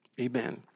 amen